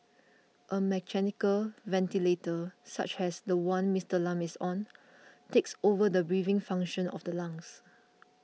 a mechanical ventilator such as the one Mister Lam is on takes over the breathing function of the lungs